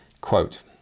quote